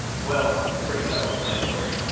well, it's pretty self-explanatory.